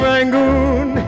Rangoon